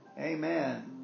Amen